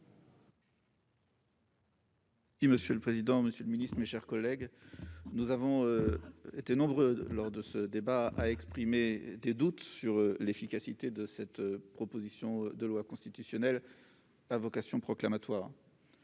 vote. Monsieur le président, monsieur le garde des sceaux, mes chers collègues, nous avons été nombreux, lors de ce débat, à exprimer des doutes quant à l'efficacité de cette proposition de loi constitutionnelle à vocation incantatoire.